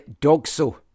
dog-so